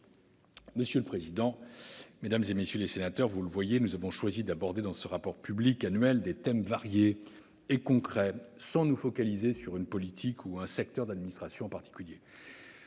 Monsieur le président, mesdames, messieurs les sénateurs, vous le voyez, nous avons choisi d'aborder dans ce rapport public annuel des thèmes variés et concrets, sans nous focaliser sur une politique ou un secteur d'administration en particulier.